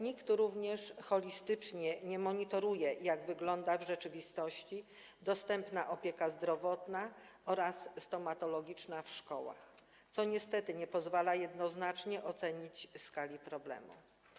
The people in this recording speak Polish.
Nikt również holistycznie nie monitoruje, jak w rzeczywistości wygląda dostępna opieka zdrowotna oraz stomatologiczna w szkołach, co niestety nie pozwala jednoznacznie ocenić skali problemu.